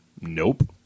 Nope